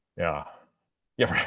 yeah yeah